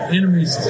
enemies